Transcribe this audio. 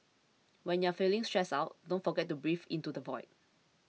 when you are feeling stressed out don't forget to breathe into the void